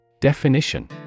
Definition